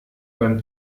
beim